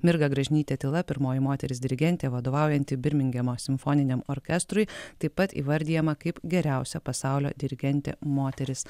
mirga gražinytėtyla pirmoji moteris dirigentė vadovaujanti birmingemo simfoniniam orkestrui taip pat įvardijama kaip geriausia pasaulio dirigentė moteris